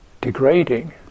degrading